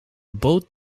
boot